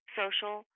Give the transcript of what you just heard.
social